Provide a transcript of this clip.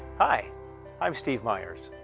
ah i'm steve myers.